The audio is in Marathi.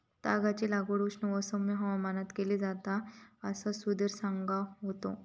तागाची लागवड उष्ण व सौम्य हवामानात केली जाता असा सुधीर सांगा होतो